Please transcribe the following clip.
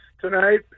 tonight